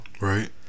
right